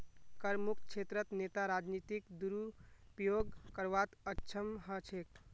करमुक्त क्षेत्रत नेता राजनीतिक दुरुपयोग करवात अक्षम ह छेक